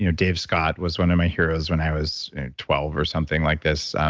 you know dave scott was one of my heroes when i was twelve or something like this.